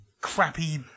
crappy